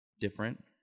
different